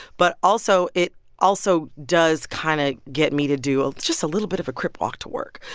but also, it also does kind of get me to do just a little bit of a crip walk to work.